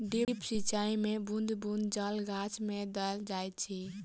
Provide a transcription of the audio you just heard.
drip सिचाई मे बूँद बूँद जल गाछ मे देल जाइत अछि